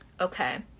Okay